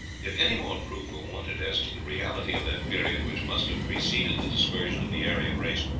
if any more proof were wanted as to the reality of that period which must have preceded the dispersion of the aryan race,